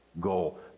goal